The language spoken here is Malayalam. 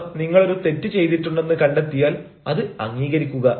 അവർ നിങ്ങൾ ഒരു തെറ്റ് ചെയ്തിട്ടുണ്ടെന്ന് കണ്ടെത്തിയാൽ അത് അംഗീകരിക്കുക